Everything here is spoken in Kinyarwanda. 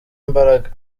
imbaraga